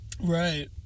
Right